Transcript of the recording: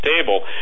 table